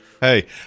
Hey